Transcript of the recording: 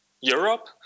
Europe